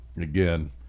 again